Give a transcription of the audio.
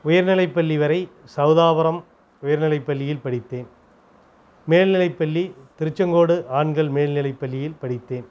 உயர்நிலைப் பள்ளி வரை சௌதாபுரம் உயர்நிலைப் பள்ளியில் படித்தேன் மேல்நிலைப்பள்ளி திருச்செங்கோடு ஆண்கள் மேல்நிலைப் பள்ளியில் படித்தேன்